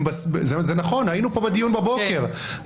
זה נכון, היינו פה בדיון בבוקר.